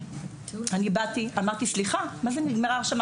אני באתי, אמרתי, סליחה, מה זה נגמרה ההרשמה?